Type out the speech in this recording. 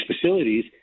facilities